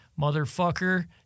motherfucker